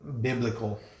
biblical